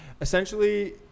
essentially